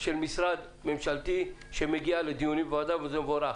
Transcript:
של משרד ממשלה שמגיע לדיוני ועדה, וזה יבורך.